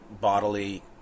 bodily